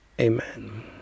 amen